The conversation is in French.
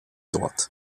droite